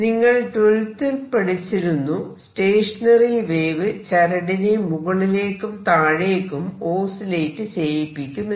നിങ്ങൾ 12th ൽ പഠിച്ചിരുന്നു സ്റ്റേഷനറി വേവ് ചരടിനെ മുകളിലേക്കും താഴേക്കും ഓസിലേറ്റ് ചെയ്യിപ്പിക്കുമെന്ന്